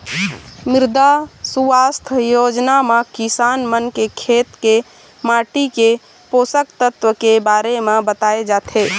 मृदा सुवास्थ योजना म किसान मन के खेत के माटी के पोसक तत्व के बारे म बताए जाथे